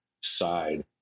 side